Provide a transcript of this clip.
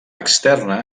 externa